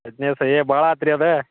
ಏ ಭಾಳ ಆತ್ರಿ ಅದು